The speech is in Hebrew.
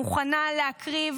מוכנה להקריב